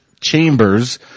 Chambers